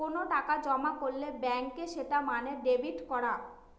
কোনো টাকা জমা করলে ব্যাঙ্কে সেটা মানে ডেবিট করা